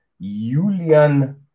Julian